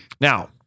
Now